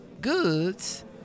goods